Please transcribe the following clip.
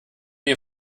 ihr